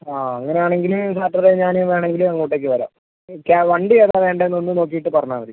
ആ അങ്ങനെയാണെങ്കിൽ സാറ്റർഡേ ഞാൻ വേണമെങ്കിൽ അങ്ങോട്ടേക്ക് വരാം ഓക്കെ ആ വണ്ടി ഏതാ വേണ്ടേന്ന് ഒന്ന് നോക്കീട്ട് പറഞ്ഞാൽ മതി